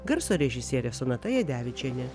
garso režisierė sonata jadevičienė